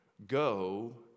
Go